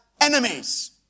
enemies